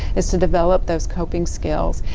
is to develop those coping skills.